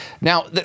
Now